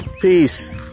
peace